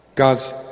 God's